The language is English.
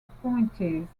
appointees